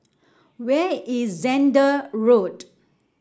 where is Zehnder Road